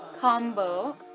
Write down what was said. combo